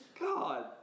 God